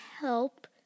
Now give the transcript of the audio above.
help